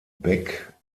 beck